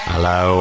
Hello